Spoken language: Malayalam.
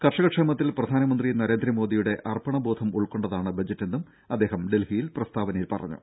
കർഷക ക്ഷേമത്തിൽ പ്രധാനമന്ത്രി നരേന്ദ്രമോദിയുടെ അർപ്പണബോധം ഉൾക്കൊണ്ടതാണ് ബജറ്റെന്നും അദ്ദേഹം പ്രസ്താവനയിൽ പറഞ്ഞു